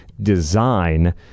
design